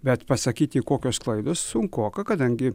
bet pasakyti kokios klaidos sunkoka kadangi